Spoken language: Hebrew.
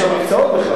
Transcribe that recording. אין שם הקצאות בכלל.